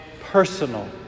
personal